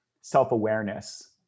self-awareness